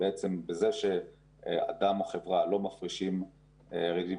בעצם בזה שאדם או חברה לא מפרישים דיבידנדים